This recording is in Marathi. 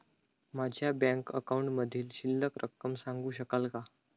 माझ्या बँक अकाउंटमधील शिल्लक रक्कम सांगू शकाल का?